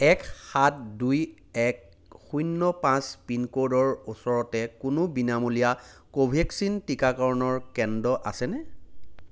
এক সাত দুই এক শূন্য পাঁচ পিনক'ডৰ ওচৰতে কোনো বিনামূলীয়া কোভেক্সিন টিকাকৰণৰ কেন্দ্ৰ আছেনে